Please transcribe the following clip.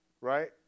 Right